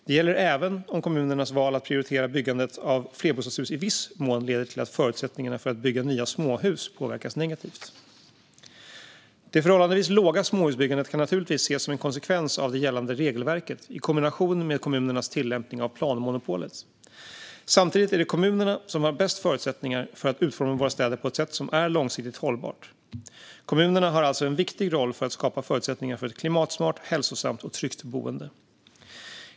Det gäller även om kommunernas val att prioritera byggandet av flerbostadshus i viss mån leder till att förutsättningarna för att bygga nya småhus påverkas negativt. Det förhållandevis låga småhusbyggandet kan naturligtvis ses som en konsekvens av det gällande regelverket i kombination med kommunernas tillämpning av planmonopolet. Samtidigt är det kommunerna som har bäst förutsättningar för att utforma våra städer på ett sätt som är långsiktigt hållbart. Kommunerna har alltså en viktig roll för att skapa förutsättningar för ett klimatsmart, hälsosamt och tryggt boende.